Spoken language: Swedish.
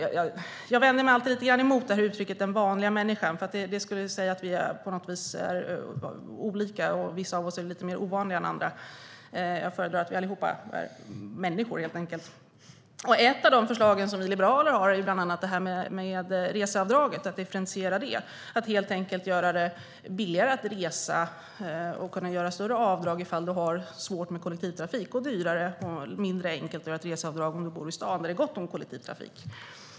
Jag vänder mig lite mot uttrycket "den vanliga människan", för det verkar antyda att vi är olika och att vissa är ovanligare. Jag föredrar att säga att vi alla är människor, helt enkelt. Ett av de förslag som vi liberaler har är att differentiera reseavdraget, så att man kan göra större avdrag om man har svårt med kollektivtrafik medan det ska vara mindre enkelt att göra reseavdrag om man bor i stan, där det är gott om kollektivtrafik.